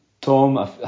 Tom